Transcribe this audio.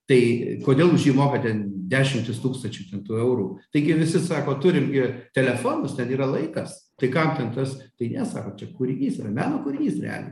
tai kodėl už jį moka ten dešimtis tūkstančių ten tų eurų taigi visi sako turim gi telefonus ten yra laikas tai kam ten tas tai ne sako čia kūrinys yra meno kūrinys realiai